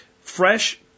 fresh